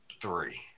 three